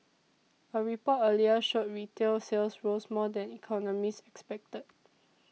a report earlier showed retail sales rose more than economists expected